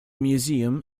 museum